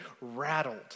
rattled